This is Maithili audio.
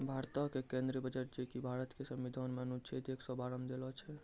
भारतो के केंद्रीय बजट जे कि भारत के संविधान मे अनुच्छेद एक सौ बारह मे देलो छै